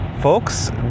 folks